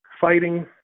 fighting